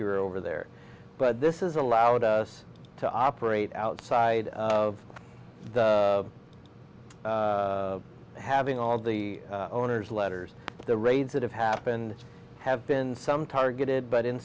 we're over there but this is allowed us to operate outside of having all the owners letters the raids that have happened have been some targeted but in